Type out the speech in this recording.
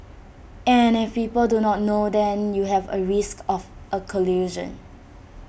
and if people do not know then you have A risk of A collision